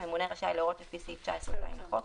הממונה רשאי להורות לפי סעיף 19(ז) לחוק,